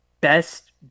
best